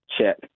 check